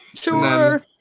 sure